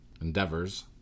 Endeavors